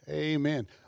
Amen